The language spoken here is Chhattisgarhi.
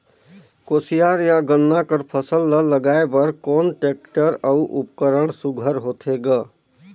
कोशियार या गन्ना कर फसल ल लगाय बर कोन टेक्टर अउ उपकरण सुघ्घर होथे ग?